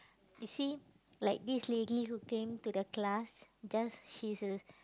you see like this lady who came to the class just she's a